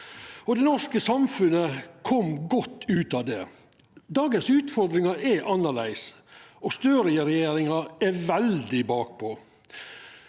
Det norske samfunnet kom godt ut av det. Dagens utfordringar er annleis, og Støre-regjeringa er veldig bakpå.